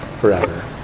forever